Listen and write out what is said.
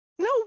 No